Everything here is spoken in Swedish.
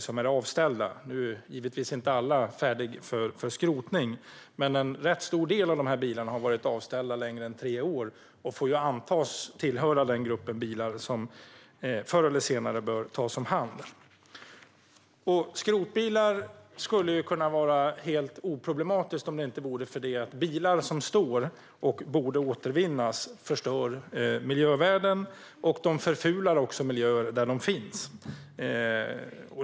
Nu är givetvis inte alla färdiga för skrotning, men en rätt stor del av bilarna har varit avställda längre än tre år. De får antas tillhöra den gruppen bilar som förr eller senare bör tas om hand. Skrotbilar skulle kunna vara helt oproblematiska om det inte vore för att bilar som står och borde återvinnas förstör miljövärden, och de förfular de miljöer där de finns.